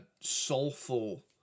soulful